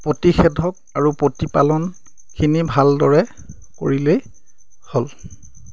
প্ৰতিষেধক আৰু প্ৰতিপালনখিনি ভালদৰে কৰিলেই হ'ল